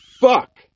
fuck